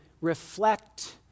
reflect